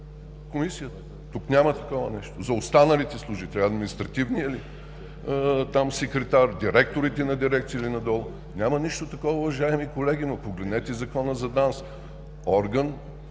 комисията. Тук няма такова нещо. За останалите служители? Административният ли секретар, директорите на дирекции или надолу? Няма нищо такова, уважаеми колеги! Но погледнете Закона за ДАНС, орган